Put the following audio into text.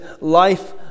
life